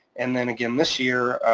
and then again this year,